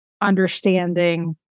Understanding